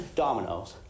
dominoes